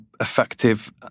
effective